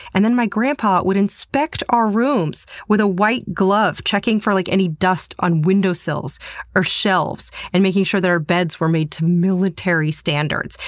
and then my grandpa would inspect our rooms with a white glove, checking for like any dust on windowsills or shelves, and making sure that our beds were made to military standards.